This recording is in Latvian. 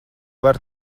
var